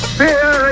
fear